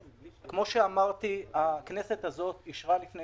שאלה חברת הכנסת יפעת שאשא-ביטון אם זה יותר